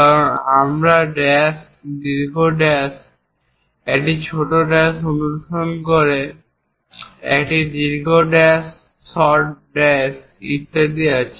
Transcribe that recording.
কারন আমরা এই ড্যাশ দীর্ঘ ড্যাশ একটি ছোট ড্যাশ অনুসরণ করে একটি দীর্ঘ ড্যাশ শর্ট ড্যাশ ইত্যাদি আছে